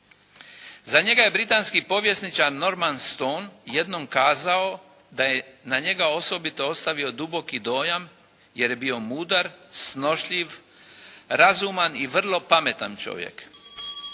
Za njega je britanski povjesničar Norman Stone jednom kazao da je na njega osobito ostavio duboki dojam jer je bio mudar, snošljiv, razuman i vrlo pametan čovjek.